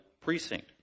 precinct